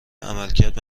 عملکرد